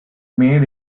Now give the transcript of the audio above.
made